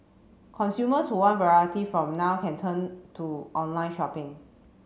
consumers who want variety from now can turn to online shopping